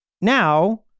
Now